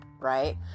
right